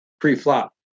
pre-flop